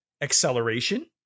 acceleration